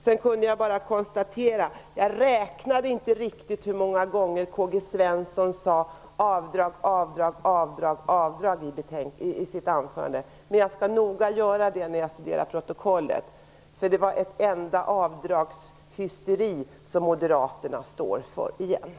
Jag räknade inte hur många gånger Karl-Gösta Svenson talade om avdrag i sitt anförande. Det var ju avdrag, avdrag, avdrag, avdrag. Men jag skall noga göra det när jag studerar protokollet. Det är ett enda avdragshysteri som Moderaterna återigen står för.